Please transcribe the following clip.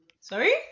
Sorry